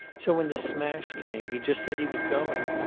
so when the smash came, he just said he was going.